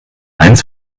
eines